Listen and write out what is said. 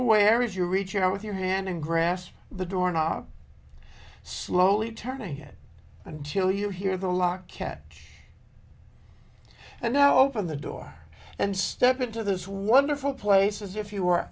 away areas you reach out with your hand and grasp the door knob slowly turning it until you hear the lock catch and now open the door and step into this wonderful place as if you were